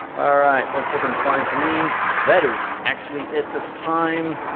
ah right, that's looking fine for me. that is actually it this time.